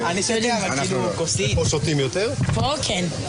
היא למקם אותנו ולראות בעיניים,